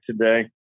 today